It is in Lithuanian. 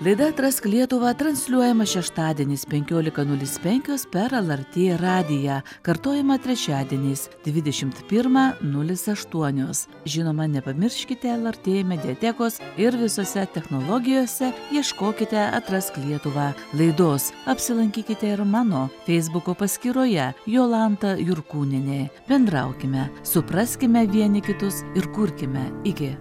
laida atrask lietuvą transliuojama šeštadieniais penkiolika nulis penkios per lrt radiją kartojama trečiadieniais dvidešimt pirmą nulis aštuonios žinoma nepamirškite lrt mediatekos ir visose technologijose ieškokite atrask lietuvą laidos apsilankykite ir mano feisbuko paskyroje jolanta jurkūnienė bendraukime supraskime vieni kitus ir kurkime iki